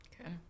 Okay